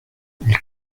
ils